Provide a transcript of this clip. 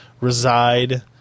reside